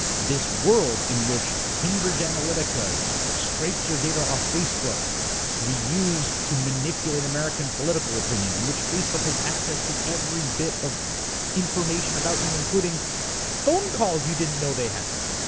this world in which cambridge analytica scrapes your data off facebook to be used to manipulate american political opinion, in which facebook has access to every bit of information about you, including phone calls you didn't know they had.